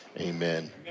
amen